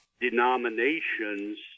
denominations